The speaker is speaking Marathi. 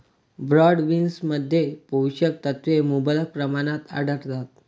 ब्रॉड बीन्समध्ये पोषक तत्वे मुबलक प्रमाणात आढळतात